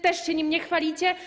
Też się nim nie chwalicie?